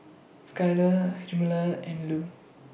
Skylar Hjalmar and Lew